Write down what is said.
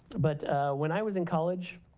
but when i was in college,